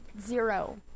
zero